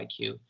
IQ